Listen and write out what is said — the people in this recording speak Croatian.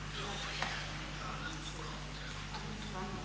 Hvala i vama.